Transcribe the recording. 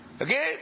okay